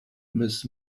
miss